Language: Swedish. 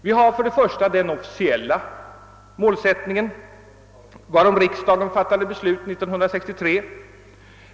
Vi har för det första den officiella målsättningen, varom riksdagen fattade beslut 1963.